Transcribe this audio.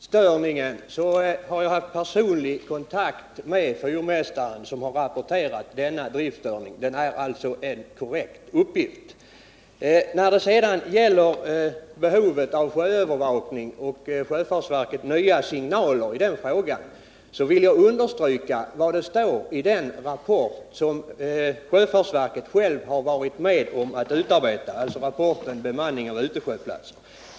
Herr talman! Jag har haft personlig kontakt med fyrmästaren, som har rapporterat denna driftstörning. Det är alltså en korrekt uppgift. När det gäller behovet av sjöövervakning och sjöfartsverkets nya signaler i den frågan vill jag understryka det som står i rapporten Bemanning av utsjöplatser, som sjöfartsverket självt har varit med om att utarbeta.